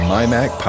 MyMac